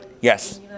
Yes